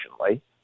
efficiently